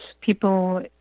people